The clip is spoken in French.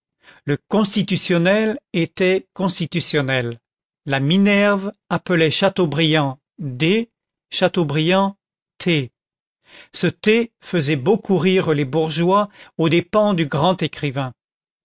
le constitutionnel était constitutionnel la minerve appelait chateaubriand chateaubriant ce t faisait beaucoup rire les bourgeois aux dépens du grand écrivain